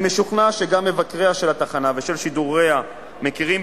אני משוכנע שגם מבקריה של התחנה ושל שידוריה מכירים